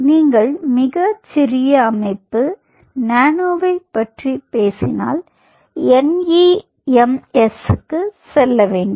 நீங்கள் மிகச் சிறிய அமைப்பு நானோவைப் பற்றி பேசினால் NEMS க்கு செல்ல வேண்டும்